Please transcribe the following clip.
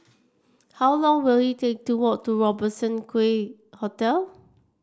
how long will it take to walk to Robertson Quay Hotel